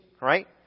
right